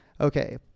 Okay